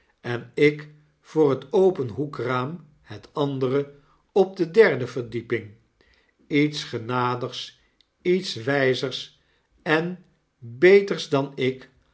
en ik voor het open hoekraam het andere op de derde verdieping lets genadigs iets wyzersen beters dan ik